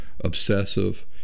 obsessive